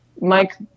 mike